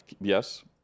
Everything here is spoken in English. Yes